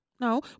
No